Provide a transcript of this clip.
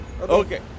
Okay